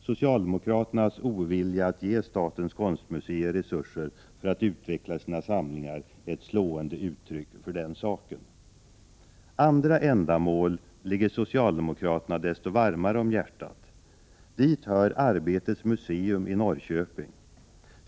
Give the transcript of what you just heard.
Socialdemokraternas ovilja att ge statens konstmuseer resurser att utöka sina samlingar är ett slående uttryck för den saken. Andra ändamål ligger socialdemokraterna desto varmare om hjärtat. Dit hör Arbetets museum i Prot. 1988/89:103 Norrköping.